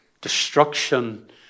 destruction